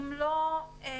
אם לא יותר,